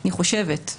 אני חושבת,